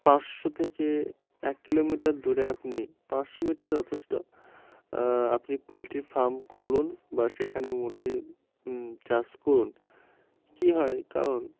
পাঁচশো থেকে এক কিলোমিটার দূরে আপনি পাঁচশো মিটার যথেষ্ট আপনি পোলট্রি ফার্ম খুলুন বা সেখানে মুরগি চাষ করুন কী হয় কারণ